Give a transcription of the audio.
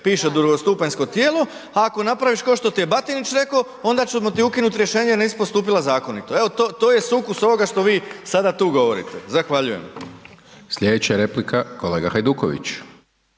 piše drugostupanjsko tijelo, a ako napraviš kao što ti je Batinić rekao onda ćemo ti ukinuti rješenje, nisi postupila zakonito. Evo, to je sukus onoga što vi sada tu govorite. Zahvaljujem. **Hajdaš Dončić,